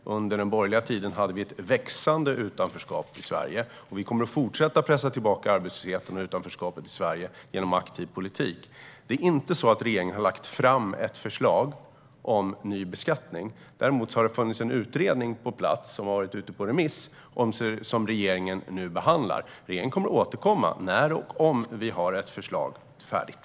Under den borgerliga tiden hade vi ett växande utanförskap i Sverige. Vi kommer att fortsätta pressa tillbaka arbetslösheten och utanförskapet i Sverige genom aktiv politik. Regeringen har inte lagt fram något förslag om ny beskattning. Däremot har det funnits en utredning som har varit ute på remiss. Den behandlas nu av regeringen. Regeringen kommer att återkomma när och om vi har ett förslag färdigt.